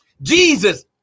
jesus